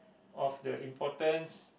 of the importance